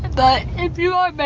but if you are but